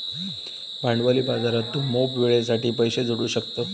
भांडवली बाजारात तू मोप वेळेसाठी पैशे जोडू शकतं